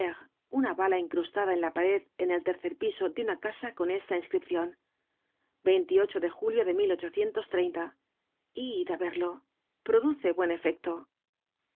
una bala incrustada en la pared en el tercer piso de una casa con esta inscripcion de julio de y á verlo produce buen efecto